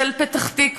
של פתח-תקווה,